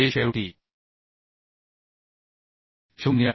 जे शेवटी 0